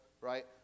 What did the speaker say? right